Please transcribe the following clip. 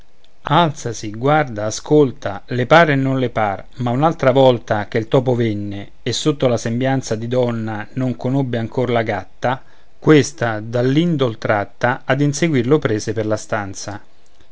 rosicchiare alzasi guarda ascolta le pare e non le par ma un'altra volta che il topo venne e sotto la sembianza di donna non conobbe ancor la gatta questa dall'indol tratta ad inseguirlo prese per la stanza